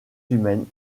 humaines